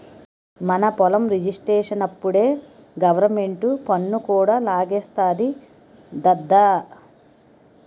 మన పొలం రిజిస్ట్రేషనప్పుడే గవరమెంటు పన్ను కూడా లాగేస్తాది దద్దా